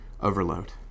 overload